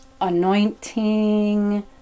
anointing